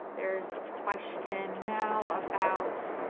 there's a question now about